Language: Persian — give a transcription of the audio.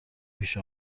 پیش